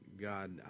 God